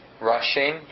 rushing